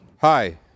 Hi